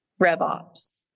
RevOps